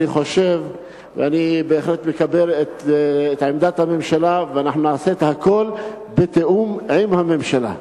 אני בהחלט מקבל את עמדת הממשלה ואנחנו נעשה את הכול בתיאום עם הממשלה.